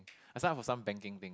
I sign up for some banking thing